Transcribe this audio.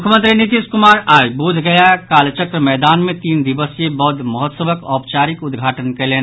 मुख्यमंत्री नीतीश कुमार आई बोधगयाक कालचक्र मैदान मे तीन दिवसीय बौद्ध महोत्सव औपचारिक उद्घाटन कयलनि